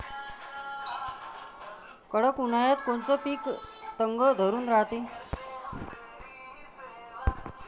कडक उन्हाळ्यात कोनचं पिकं तग धरून रायते?